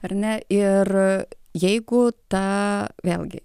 ar ne ir jeigu tą vėlgi